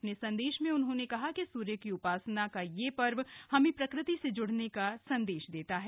अपने संदेश में उन्होंने कहा कि स्य की उपासना का यह पर्व हमें प्रकृति से ज्ड़ने का संदेश देता है